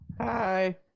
Hi